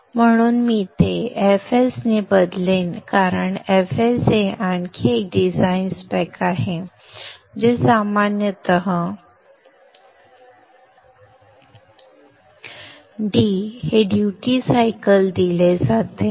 म्हणून मी ते fs ने बदलेन कारण fs हे आणखी एक डिझाइन स्पेक आहे जे सामान्यतः d हे ड्युटी सायकल दिले जाते